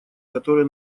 которые